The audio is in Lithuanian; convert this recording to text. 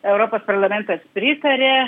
europos parlamentas pritarė